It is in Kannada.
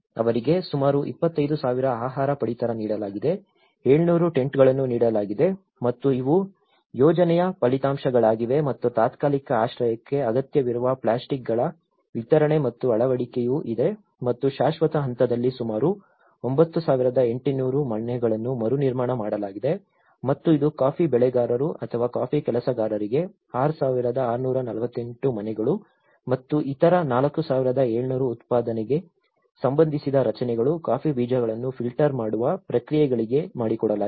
ಅವರಿಗೆ ಸುಮಾರು 25000 ಆಹಾರ ಪಡಿತರ ನೀಡಲಾಗಿದೆ 700 ಟೆಂಟ್ಗಳನ್ನು ನೀಡಲಾಗಿದೆ ಮತ್ತು ಇವು ಯೋಜನೆಯ ಫಲಿತಾಂಶಗಳಾಗಿವೆ ಮತ್ತು ತಾತ್ಕಾಲಿಕ ಆಶ್ರಯಕ್ಕೆ ಅಗತ್ಯವಿರುವ ಪ್ಲಾಸ್ಟಿಕ್ಗಳ ವಿತರಣೆ ಮತ್ತು ಅಳವಡಿಕೆಯೂ ಇದೆ ಮತ್ತು ಶಾಶ್ವತ ಹಂತದಲ್ಲಿ ಸುಮಾರು 9800 ಮನೆಗಳನ್ನು ಮರುನಿರ್ಮಾಣ ಮಾಡಲಾಗಿದೆ ಮತ್ತು ಇದು ಕಾಫಿ ಬೆಳೆಗಾರರು ಅಥವಾ ಕಾಫಿ ಕೆಲಸಗಾರರಿಗೆ 6648 ಮನೆಗಳು ಮತ್ತು ಇತರ 4700 ಉತ್ಪಾದನೆಗೆ ಸಂಬಂಧಿಸಿದ ರಚನೆಗಳು ಕಾಫಿ ಬೀಜಗಳನ್ನು ಫಿಲ್ಟರ್ ಮಾಡುವ ಪ್ರಕ್ರಿಯೆಗಳಿಗೆ ಮಾಡಿಕೊಡಲಾಗಿದೆ